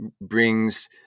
brings